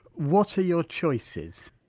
what are your choices?